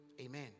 Amen